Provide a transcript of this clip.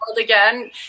again